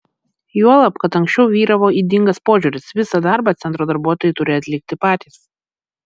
juolab kad anksčiau vyravo ydingas požiūris visą darbą centro darbuotojai turi atlikti patys